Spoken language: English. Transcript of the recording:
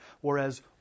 whereas